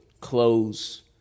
clothes